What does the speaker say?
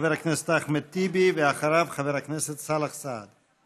חבר הכנסת אחמד טיבי, ואחריו, חבר הכנסת סאלח סעד.